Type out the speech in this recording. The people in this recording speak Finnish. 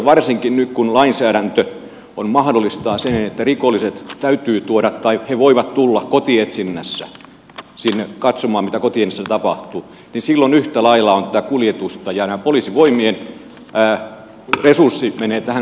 varsinkin nyt kun lainsäädäntö mahdollistaa sen että rikolliset täytyy tuoda tai he voivat tulla kotietsinnässä sinne katsomaan mitä kotietsinnässä tapahtuu niin silloin yhtä lailla on tätä kuljetusta ja poliisivoimien resurssit menevät näihin kuljetuksiin